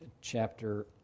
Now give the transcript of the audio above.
chapter